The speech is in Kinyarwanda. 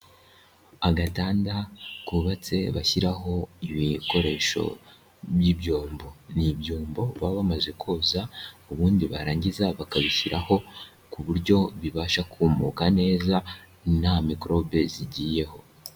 Agatanda kubatse bashyiraho ibikoresho by'ibyombo. Ni ibyombo baba bamaze koza, ubundi barangiza bakabishyiraho ku buryo bibasha kumuka neza nta mikorobe zigiyeho.